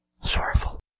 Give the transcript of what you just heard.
Sorrowful